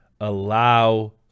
Allow